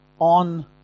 on